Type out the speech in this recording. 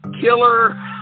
Killer